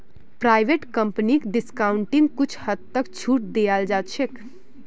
private कम्पनीक डिस्काउंटिंगत कुछ हद तक छूट दीयाल जा छेक